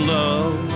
love